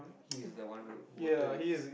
he is that one who voted